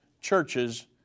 churches